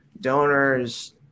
donors